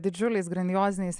didžiuliais grandioziniais